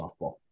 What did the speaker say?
softball